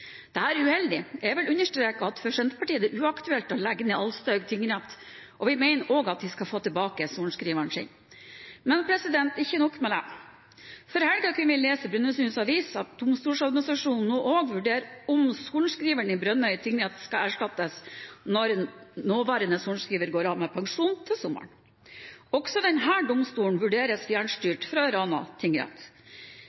er uheldig, og jeg vil understreke at for Senterpartiet er det uaktuelt å legge ned Alstahaug tingrett, og vi mener også at de skal få tilbake sorenskriveren sin. Men ikke nok med det. Før helgen kunne vi lese i Brønnøysunds Avis at Domstoladministrasjonen nå også vurderer om sorenskriveren i Brønnøy tingrett skal erstattes når nåværende sorenskriver går av med pensjon til sommeren. Også denne domstolen